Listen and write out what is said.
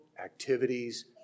activities